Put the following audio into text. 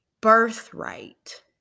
birthright